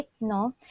no